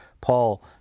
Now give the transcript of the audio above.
Paul